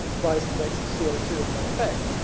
rising rates of c o two and their effects,